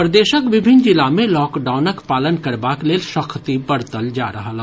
प्रदेशक विभिन्न जिला मे लॉकडाउनक पालन करबाक लेल सख्ती बरतल जा रहल अछि